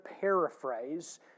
paraphrase